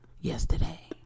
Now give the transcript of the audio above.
yesterday